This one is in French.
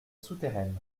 souterraine